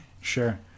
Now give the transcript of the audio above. Sure